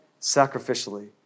sacrificially